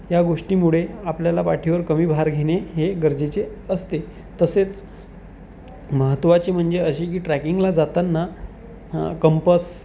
या गोष्टीमुळे आपल्याला पाठीवर कमी भार घेणे हे गरजेचे असते तसेच महत्त्वाचे म्हणजे अशी की ट्रॅकिंगला जाताना कंपस